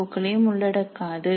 ஓ களையும் உள்ளடக்காது